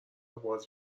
باز